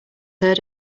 heard